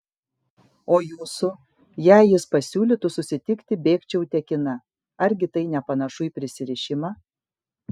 o jūsų jei jis pasiūlytų susitikti bėgčiau tekina argi tai nepanašu į prisirišimą